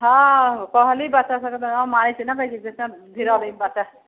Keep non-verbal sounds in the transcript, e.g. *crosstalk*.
हँ कहली बच्चा सबके तऽ *unintelligible*